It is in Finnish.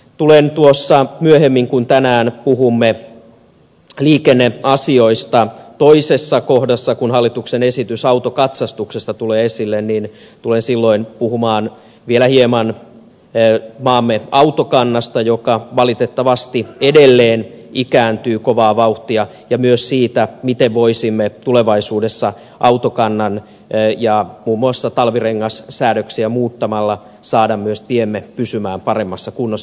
tulen myöhemmin kun tänään puhumme liikenneasioista toisessa kohdassa kun hallituksen esitys autokatsastuksesta tulee esille puhumaan vielä hieman maamme autokannasta joka valitettavasti edelleen ikääntyy kovaa vauhtia ja myös siitä miten voisimme tulevaisuudessa autokannan säädöksiä ja muun muassa talvirengassäädöksiä muuttamalla saada myös tiemme pysymään paremmassa kunnossa